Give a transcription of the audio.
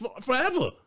forever